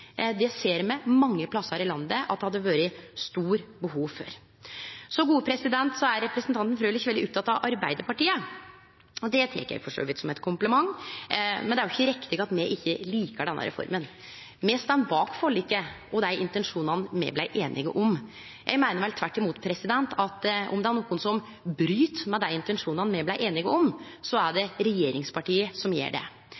Det ser me mange plassar i landet at det hadde vore stort behov for. Representanten Frølich er veldig oppteken av Arbeidarpartiet – og det tek eg for så vidt som ein kompliment. Men det er ikkje riktig at me ikkje likar denne reforma. Me står bak forliket og dei intensjonane me blei einige om. Eg meiner vel tvert imot at om det er nokon som bryt med dei intensjonane me blei einige om, så er det regjeringspartia som gjer det.